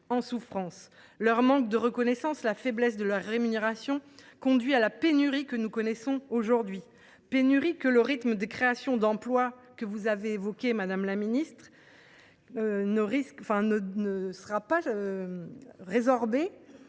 en souffrance. Leur manque de reconnaissance, la faiblesse de leur rémunération conduisent à la pénurie que nous connaissons aujourd’hui et que le rythme de créations d’emplois que vous avez évoqué, Madame la ministre, ne permettra pas de résorber.